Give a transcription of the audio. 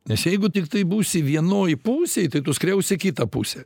nes jeigu tiktai būsi vienoj pusėj tai tu skriausi kitą pusę